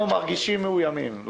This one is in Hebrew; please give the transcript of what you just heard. אנחנו מרגישים מאוימים.